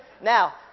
Now